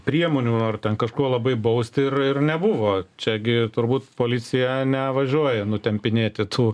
priemonių ar ten kažkuo labai baust ir ir nebuvo čiagi turbūt policija nevažiuoja nutempinėti tų